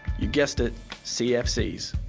you guessed it cfcs.